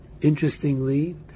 interestingly